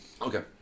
Okay